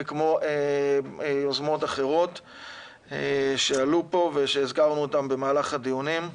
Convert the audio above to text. וכמו יוזמות אחרות שעלו פה ושהזכרנו אותם במהלך הדיונים.